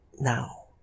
now